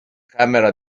camera